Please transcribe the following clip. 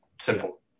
Simple